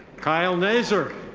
kyle nazer.